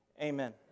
amen